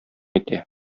итә